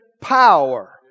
power